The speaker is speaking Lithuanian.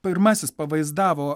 pirmasis pavaizdavo